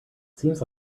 seems